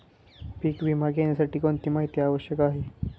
पीक विमा घेण्यासाठी कोणती माहिती आवश्यक आहे?